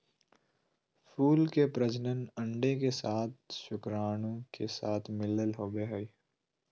फूल के प्रजनन अंडे के साथ शुक्राणु के साथ मिलला होबो हइ